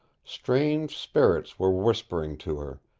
strange spirits were whispering to her,